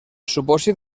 supòsit